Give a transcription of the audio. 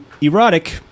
erotic